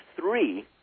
three